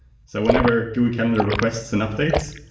so whenever google calendar request an update,